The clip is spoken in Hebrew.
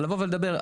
לבוא ולדבר,